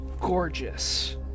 gorgeous